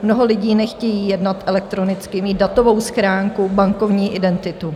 Mnoho lidí nechce jednat elektronicky, mít datovou schránku, bankovní identitu.